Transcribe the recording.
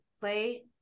play